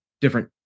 different